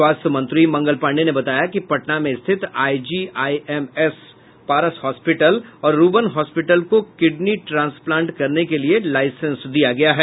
स्वास्थ्य मंत्री मंगल पांडेय ने बताया कि पटना में स्थित आइजीआइएमएस पारस हॉस्पीटल और रूबन हॉस्पीटल को किडनी ट्रांसप्लांट करने के लिए लाइसेंस दिया गया है